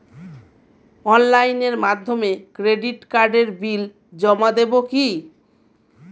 অনলাইনের মাধ্যমে ক্রেডিট কার্ডের বিল জমা দেবো কি?